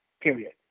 period